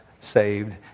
saved